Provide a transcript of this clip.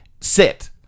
sit